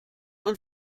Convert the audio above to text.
man